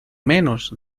menos